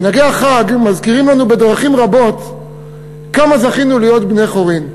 מנהגי החג מזכירים לנו בדרכים רבות כמה זכינו להיות בני-חורין,